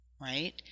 right